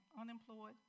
unemployed